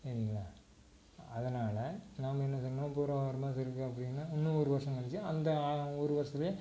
சரிங்களா அதனால் நாம் என்ன செய்யணும் தெரிஞ்சா அப்படின்னா இன்னும் ஒரு வருஷம் கழிச்சி அந்த ஒரு வருஷத்துலே